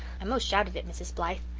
i most shouted it, mrs. blythe.